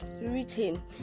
Written